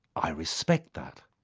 i respect that.